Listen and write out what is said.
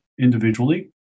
individually